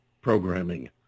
programming